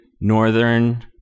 northern